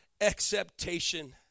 acceptation